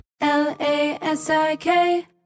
L-A-S-I-K